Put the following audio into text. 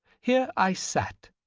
here i sat,